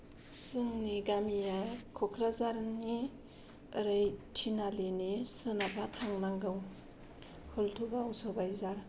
जोंनि गामिया क'क्राझारनि ओरै थिनालिनि सोनाबहा थांनांगौ हुल्थुगाव सबायझार